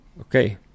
Okay